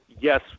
yes